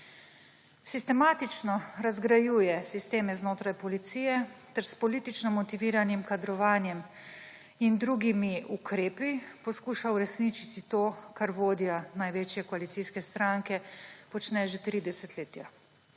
Sistematično razgrajuje sisteme znotraj policije ter s politično motiviranim kadrovanjem in drugimi ukrepi poskuša uresničiti to, kar vodja največje koalicijske stranke počne že tri desetletja